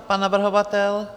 Pan navrhovatel?